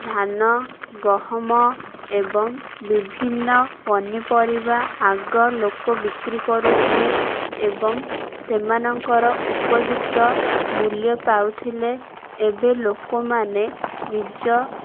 ଧାନ ଗହମ ଏବଂ ବିଭିନ୍ନ ପନିପରିବା ଆଗ ଲୋକ ବିକ୍ରି କରୁଥିଲେ ଏବଂ ସେମାନଙ୍କର ଉପଯୁକ୍ତ ମୂଲ୍ୟ ପାଉଥିଲେ ଏବେ ଲୋକମାନେ ନିଜ